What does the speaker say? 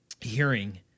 hearing